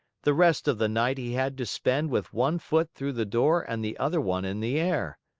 the rest of the night he had to spend with one foot through the door and the other one in the air.